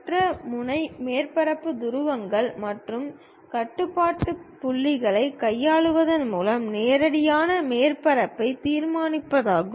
மற்ற முறை மேற்பரப்பு துருவங்கள் மற்றும் கட்டுப்பாட்டு புள்ளிகளைக் கையாளுவதன் மூலம் நேரடியாக மேற்பரப்பை நிர்மாணிப்பதாகும்